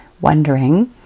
wondering